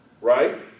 right